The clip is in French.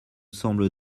semblent